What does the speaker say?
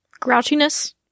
Grouchiness